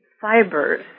fibers